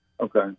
Okay